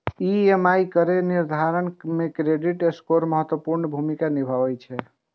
EMI केर निर्धारण मे क्रेडिट स्कोर महत्वपूर्ण भूमिका निभाबै छै